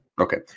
Okay